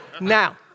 Now